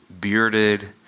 bearded